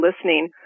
listening